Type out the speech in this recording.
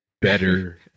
better